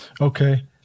Okay